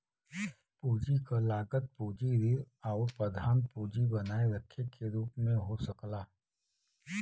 पूंजी क लागत पूंजी ऋण आउर प्रधान पूंजी बनाए रखे के रूप में हो सकला